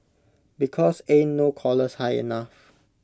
because ain't no collars high enough